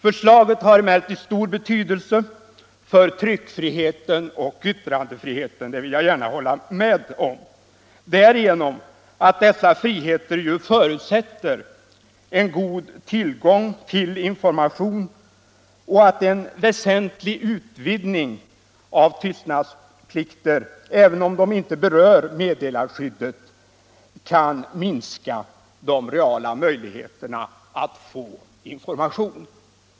Förslaget har emellertid stor betydelse för tryckfriheten och yttrandefriheten, det vill jag gärna hålla med om, därigenom att dessa friheter förutsätter en god tillgång till information. En väsentlig utvidgning av tystnadsplikter, även om de inte berör meddelarskyddet, kan minska de reala möjligheterna att få information.